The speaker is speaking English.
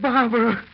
Barbara